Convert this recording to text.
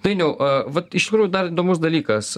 dainiau vat iš tikrųjų dar įdomus dalykas